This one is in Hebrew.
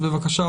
בבקשה,